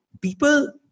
People